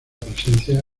presencia